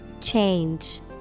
Change